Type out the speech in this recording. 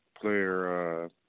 player